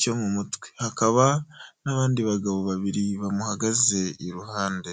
cyo mu mutwe, hakaba n'abandi bagabo babiri bamuhagaze iruhande.